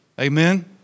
Amen